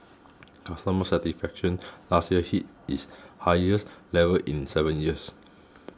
customer satisfaction last year hit its highest levels in seven years